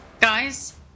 Guys